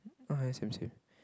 uh it's same same